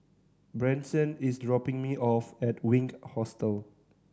Branson is dropping me off at Wink Hostel